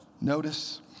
Notice